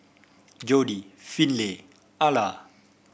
Jordi Finley Ala